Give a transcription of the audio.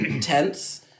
tense